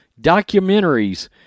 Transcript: documentaries